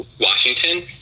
washington